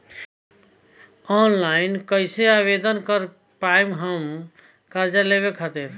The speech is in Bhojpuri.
ऑनलाइन कइसे आवेदन कर पाएम हम कर्जा लेवे खातिर?